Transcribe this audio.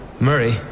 Murray